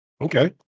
Okay